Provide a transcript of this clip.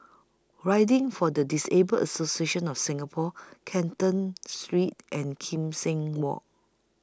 Riding For The Disabled Association of Singapore Canton Street and Kim Seng Walk